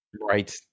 right